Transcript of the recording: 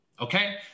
Okay